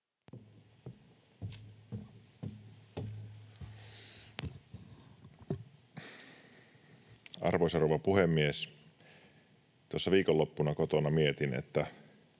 Arvoisa rouva puhemies! Tuossa viikonloppuna kotona mietin, mikä